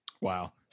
wow